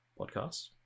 podcast